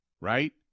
right